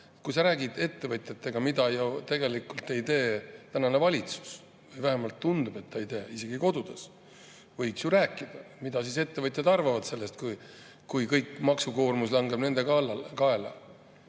Kui sa räägid ettevõtjatega, mida ju tegelikult tänane valitsus ei tee – vähemalt tundub, et ta ei tee seda, isegi kodudes –, aga võiks ju rääkida, mida ettevõtjad arvavad sellest, kui kõik maksukoormus langeb nende kaela.